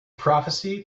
prophecy